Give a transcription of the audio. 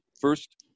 first